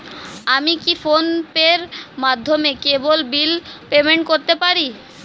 আমি কি ফোন পের মাধ্যমে কেবল বিল পেমেন্ট করতে পারি?